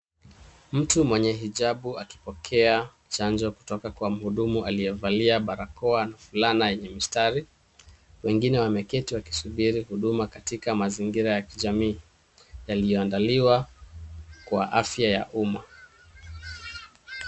Mtu mwenye hijabu akipokea chanjo kutoka kwa mhudumu aliyevalia barakoa na fulana yenye mistari. Wengine wameketi wakisubiri huduma katika mazingira ya kijamii yaliyoandaliwa kwa afya ya umma.